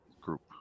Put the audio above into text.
group